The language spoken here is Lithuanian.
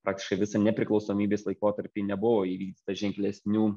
praktiškai visą nepriklausomybės laikotarpį nebuvo įvykdyta ženklesnių